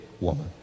woman